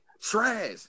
trash